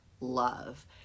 love